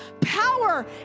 power